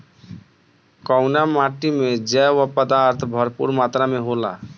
कउना माटी मे जैव पदार्थ भरपूर मात्रा में होला?